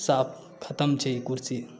साफ खतम छै ई कुरसी